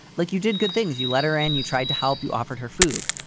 like you did good things. you let her and you tried to help. you offered her food.